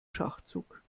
schachzug